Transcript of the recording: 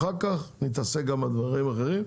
אחר כך נתעסק גם בדברים אחרים,